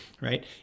right